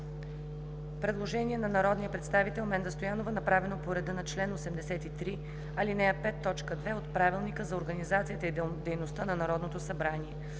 Предложение на народния представител Менда Стоянова, направено по реда на чл. 83, ал. 5, т. 2 от Правилника за организацията и дейността на Народното събрание.